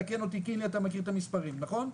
תקן אותי קינלי אתה מכיר את המספרים נכון?